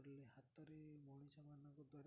ଖାଲି ହାତରେ ମଣିଷମାନଙ୍କ ଦ୍ୱାରା କରା